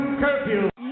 curfew